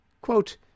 quote